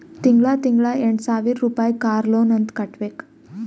ತಿಂಗಳಾ ತಿಂಗಳಾ ಎಂಟ ಸಾವಿರ್ ರುಪಾಯಿ ಕಾರ್ ಲೋನ್ ಅಂತ್ ಕಟ್ಬೇಕ್